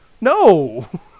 No